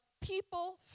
people